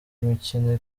imikino